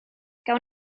gawn